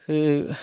ते